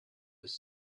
was